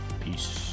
peace